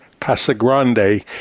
Casagrande